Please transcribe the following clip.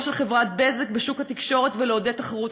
של חברת "בזק" בשוק התקשורת ולעודד תחרות.